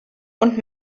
und